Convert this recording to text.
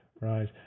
Right